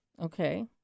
Okay